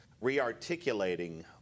re-articulating